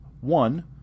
One